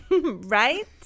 Right